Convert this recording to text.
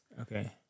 Okay